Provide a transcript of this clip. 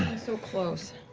so close.